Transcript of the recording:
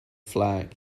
flag